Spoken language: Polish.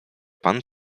pan